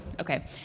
Okay